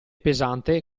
pesante